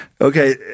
Okay